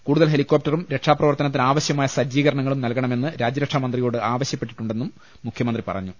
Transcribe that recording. കൂടുതൽ ഹെലികോപ്ടറുട ്രക്ഷാപ്ര വർത്തനത്തിന് ആവശ്യമായ സജ്ജീകരണങ്ങളും നൽകണ മെന്ന് രാജ്യരക്ഷാ മന്ത്രിയോട് ആവശ്യപ്പെട്ടിട്ടുണ്ടെന്നും മുഖ്യ മന്ത്രി പറഞ്ഞു